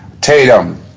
Tatum